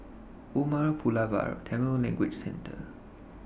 Umar Pulavar Tamil Language Centre